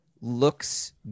looks